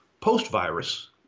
post-virus